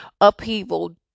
upheaval